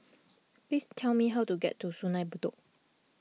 please tell me how to get to Sungei Bedok